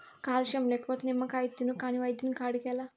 calcium లేకపోతే నిమ్మకాయ తిను కాని వైద్యుని కాడికేలా